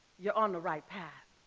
you're on the right path.